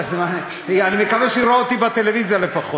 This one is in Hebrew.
אני מקווה שהיא רואה אותי בטלוויזיה לפחות,